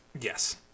Yes